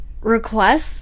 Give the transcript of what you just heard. requests